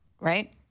right